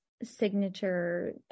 signature